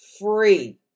free